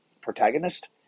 protagonist